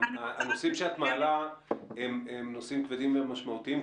הנושאים שאת מעלה הם נושאים כבדים ומשמעותיים.